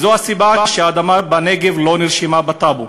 וזו הסיבה שהאדמה בנגב לא נרשמה בטאבו.